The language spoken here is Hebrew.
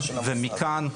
ומכאן.